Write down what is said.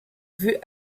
vue